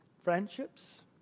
friendships